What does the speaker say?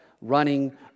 running